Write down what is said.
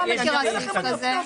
באיזה חוק יש סעיף כזה?